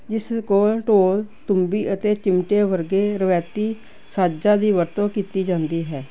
ਜਿਸ ਕੋਲ ਢੋਲ ਤੂੰਬੀ ਅਤੇ ਚਿਮਟੇ ਵਰਗੇ ਰਵਾਇਤੀ ਸਾਜਾਂ ਦੀ ਵਰਤੋਂ ਕੀਤੀ ਜਾਂਦੀ ਹੈ